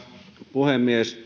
puhemies